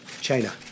China